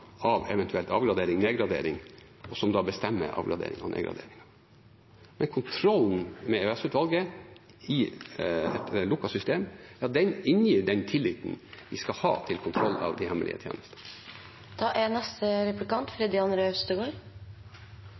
av en eventuell avgradering eller nedgradering, og som da bestemmer avgradering og nedgradering. Men kontrollen med EOS-utvalget i et lukket system inngir den tilliten vi skal ha til kontroll av de hemmelige tjenestene. EOS-utvalget er